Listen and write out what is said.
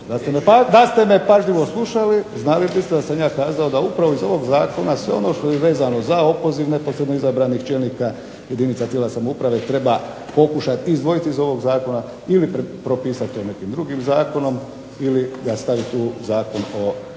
da ste me pažljivo slušali znali biste da sam ja kazao da upravo iz ovog zakona sve ono što je vezano za opoziv neposredno izabranih čelnika jedinica tijela samouprave treba pokušati izdvojiti iz ovog zakona ili propisati to nekim drugim zakonom ili ga staviti u Zakon o izborima